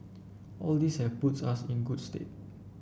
all these have puts us in good stead